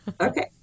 okay